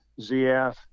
ZF